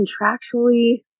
contractually